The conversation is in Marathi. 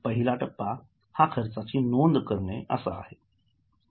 पहिला टप्पा हा खर्चाची नोंद करणे हा आहे